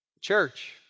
church